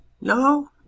No